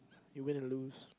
you win and lose